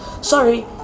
Sorry